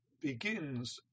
begins